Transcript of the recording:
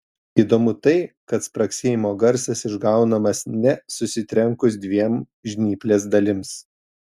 įdomu tai kad spragsėjimo garsas išgaunamas ne susitrenkus dviem žnyplės dalims